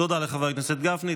תודה לחבר הכנסת גפני.